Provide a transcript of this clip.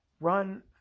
run